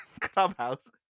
Clubhouse